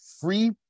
free